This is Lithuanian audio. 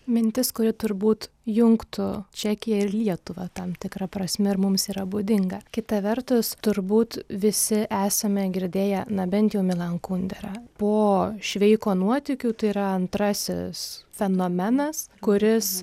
mintis kuri turbūt jungtų čekiją ir lietuvą tam tikra prasme ir mums yra būdinga kita vertus turbūt visi esame girdėję na bent jau milan kundera po šveiko nuotykių tai yra antrasis fenomenas kuris